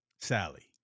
Sally